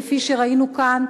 כפי שראינו כאן.